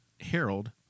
Harold